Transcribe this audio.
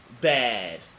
bad